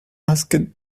asked